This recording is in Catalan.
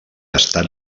estat